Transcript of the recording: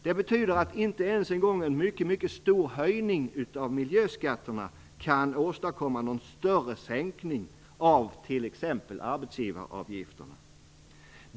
Det betyder att inte ens en gång en mycket stor höjning av miljöskatterna kan åstadkomma någon större sänkning av t.ex. arbetsgivaravgifterna.